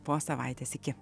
po savaitės iki